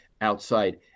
outside